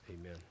Amen